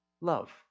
love